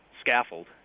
scaffold